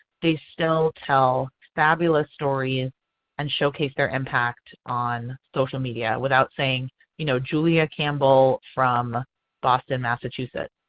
they still tell fabulous stories and showcase their impact on social media without saying you know julia campbell from boston, massachusetts.